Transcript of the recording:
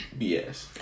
BS